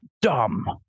dumb